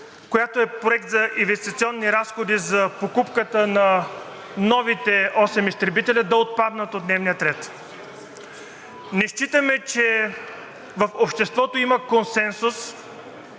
която е Проект за инвестиционни разходи за покупката на новите осем изтребителя, да отпаднат от дневния ред. Не считаме, че в обществото има консенсус